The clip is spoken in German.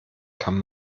kann